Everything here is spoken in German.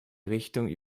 richtung